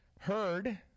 heard